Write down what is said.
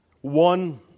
One